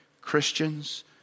Christians